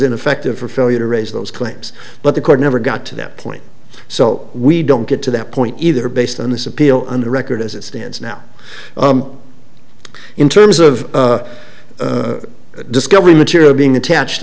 ineffective for failure to raise those claims but the court never got to that point so we don't get to that point either based on this appeal on the record as it stands now in terms of discovery material being attached